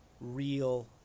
real